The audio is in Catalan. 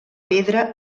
pedra